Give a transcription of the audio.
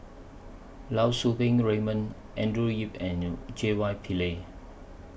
Lau Raymond Andrew Yip and J Y Pillay